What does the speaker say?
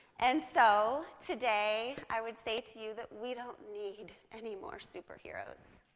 and so today, i would say to you that we don't need any more superheroes.